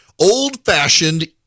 Old-fashioned